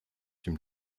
dem